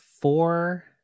four